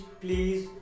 please